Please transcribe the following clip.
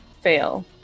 Fail